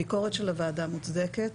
הביקורת של הוועדה מוצדקת.